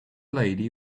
lady